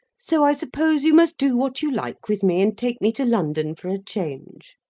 so i suppose you must do what you like with me, and take me to london for a change.